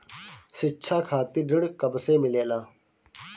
शिक्षा खातिर ऋण कब से मिलेला?